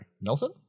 Nelson